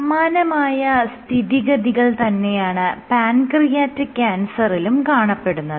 സമാനമായ സ്ഥിതിഗതികൾ തന്നെയാണ് പാൻക്രിയാറ്റിക് ക്യാൻസറിലും കാണപ്പെടുന്നത്